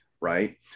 right